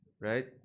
Right